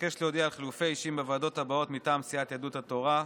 אבקש להודיע על חילופי אישים בוועדות הבאות מטעם סיעת יהדות התורה: